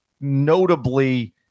notably